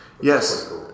Yes